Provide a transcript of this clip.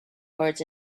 words